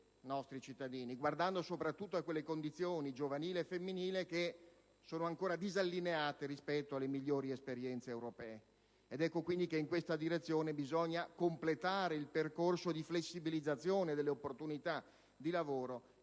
nostri cittadini e guardando, soprattutto, a quelle condizioni, giovanile e femminile, che sono ancora disallineate rispetto alle migliori esperienze europee. Ecco, quindi, che in questa direzione bisogna completare il percorso di flessibilizzazione delle opportunità di lavoro